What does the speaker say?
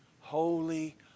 Holy